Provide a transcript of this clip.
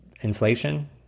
inflation